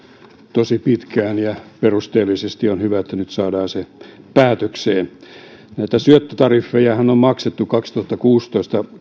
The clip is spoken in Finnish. tosi pitkään ja perusteellisesti on hyvä että nyt saadaan se päätökseen näitä syöttötariffejahan on vuonna kaksituhattakuusitoista